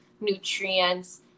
nutrients